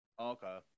Okay